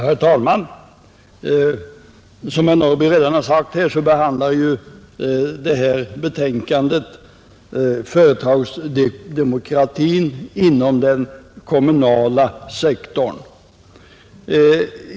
Herr talman! Som herr Norrby i Åkersberga redan sagt här, behandlar konstitutionsutskottets betänkande företagsdemokratin inom den kommunala sektorn.